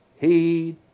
heed